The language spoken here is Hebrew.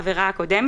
העבירה הקודמת),